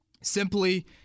simply